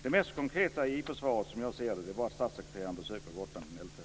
Det mest konkreta i interpellationssvaret, som jag ser det, var att statssekreteraren besöker Gotland den